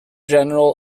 general